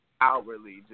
outwardly